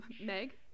meg